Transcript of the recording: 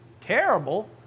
terrible